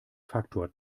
faktor